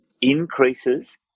increases